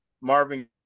Marvin